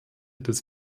des